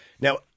now